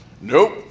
Nope